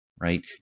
right